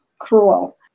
cruel